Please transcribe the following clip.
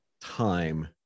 time